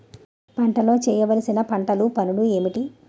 పంటలో చేయవలసిన పంటలు పనులు ఏంటి?